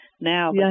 Now